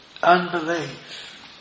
unbelief